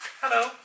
Hello